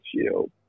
Shield